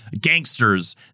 gangsters